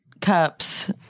cups